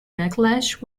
backlash